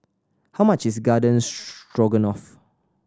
how much is Garden Stroganoff